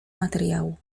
materiału